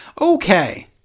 Okay